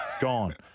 Gone